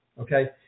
okay